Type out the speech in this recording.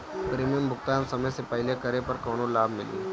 Premium भुगतान समय से पहिले करे पर कौनो लाभ मिली?